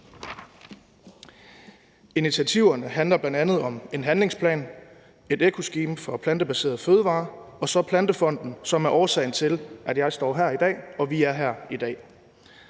Initiativerne inkluderer bl.a. en handlingsplan, et eco-scheme for plantebaserede fødevarer og så Plantefonden, som er årsagen til, at jeg står her i dag og vi er her i dag.